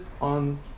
on